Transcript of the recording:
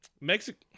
Mexico